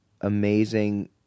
amazing